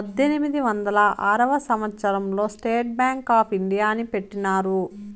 పద్దెనిమిది వందల ఆరవ సంవచ్చరం లో స్టేట్ బ్యాంక్ ఆప్ ఇండియాని పెట్టినారు